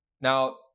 Now